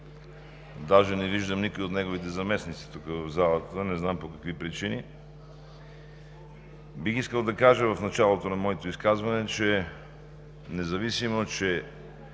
Даже не виждам никой от неговите заместници тук в залата – не знам по какви причини. Бих искал да кажа в началото на моето изказване, независимо че